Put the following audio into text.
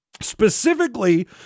Specifically